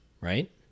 right